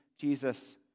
Jesus